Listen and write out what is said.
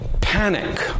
panic